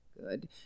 Good